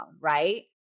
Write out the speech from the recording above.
right